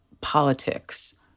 politics